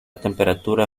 temperatura